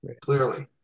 clearly